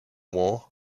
war